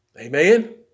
amen